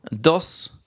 dos